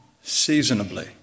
seasonably